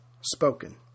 spoken